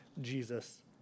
Jesus